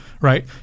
right